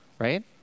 Right